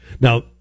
Now